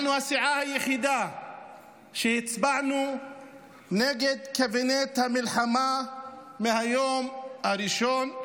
אנחנו הסיעה היחידה שהצבענו נגד קבינט המלחמה מהיום הראשון,